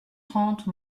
trente